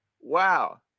Wow